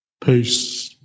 Peace